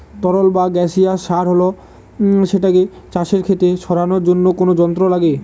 তরল বা গাসিয়াস সার হলে সেটাকে চাষের খেতে ছড়ানোর জন্য কোনো যন্ত্র লাগে